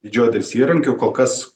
didžioji dalis įrankiu kol kas